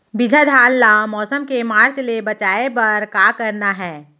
बिजहा धान ला मौसम के मार्च ले बचाए बर का करना है?